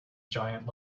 giant